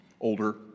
older